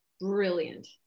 Brilliant